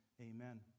Amen